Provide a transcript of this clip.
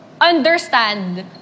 understand